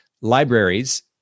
libraries